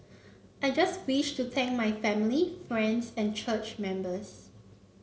I just wish to thank my family friends and church members